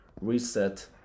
reset